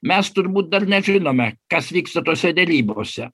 mes turbūt dar nežinome kas vyksta tose derybose